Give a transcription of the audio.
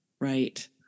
Right